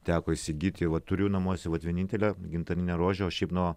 teko įsigyti va turiu namuose vat vienintelę gintarinę rožę o šiaip nuo